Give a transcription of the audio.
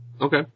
Okay